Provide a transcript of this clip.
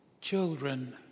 children